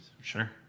Sure